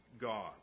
God